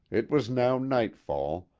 it was now nightfall,